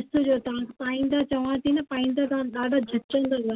ॾिसिजो तव्हां पाईंदा चवां थी न पाईंदा त ॾाढा जचंदव